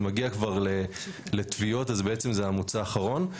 מגיע כבר לתביעות זה בעצם המוצא האחרון.